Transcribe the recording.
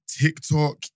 TikTok